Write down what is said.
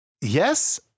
Yes